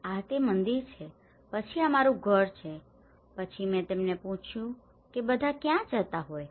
આ તે મંદિર છે પછી આ મારું ઘર છે પછી મેં તેમને પૂછ્યું કે બધાં ક્યાં જતા હોય છે